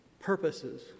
purposes